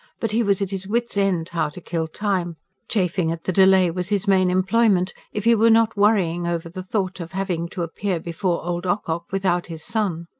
but he was at his wits' end how to kill time chafing at the delay was his main employment, if he were not worrying over the thought of having to appear before old ocock without his son.